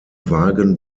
wagen